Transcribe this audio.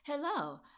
Hello